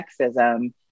sexism